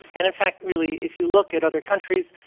and in fact, really, if you look at other countries,